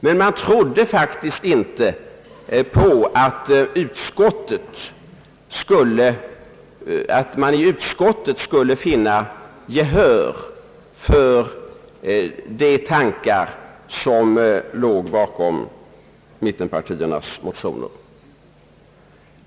Men vi trodde faktiskt inte, att man i utskottet skulle vinna gehör för de tankar som låg bakom mittenpartiernas motioner.